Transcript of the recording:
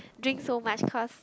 drink so much cause